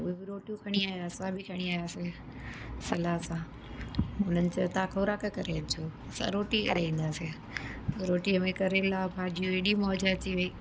उहे बि रोटियूं खणी आहिया असां बि खणी आहियासीं सलाह सां उन्हनि चयो तव्हां खोराक करे अचिजो असां रोटी करे ईंदासीं रोटीअ में करेला भाॼियूं एॾी मौज अची वई